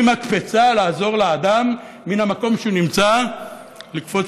היא מקפצה לעזור לאדם מן המקום שהוא נמצא לקפוץ